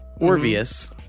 Orvius